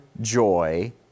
joy